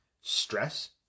stress